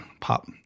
Pop